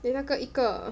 then 那个一个